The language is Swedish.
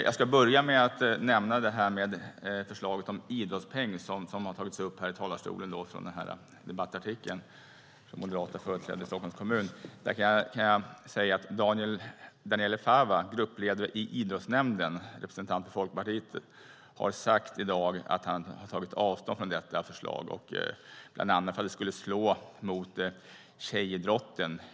Jag ska börja med att säga något om förslaget om en idrottspeng i debattartikeln från moderata företrädare i Stockholms kommun som har tagits upp här talarstolen. Daniele Fava, gruppledare i idrottsnämnden och representant för Folkpartiet, har i dag tagit avstånd från detta förslag eftersom det bland annat skulle slå mot tjejidrotten.